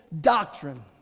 doctrine